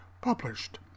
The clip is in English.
published